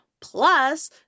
Plus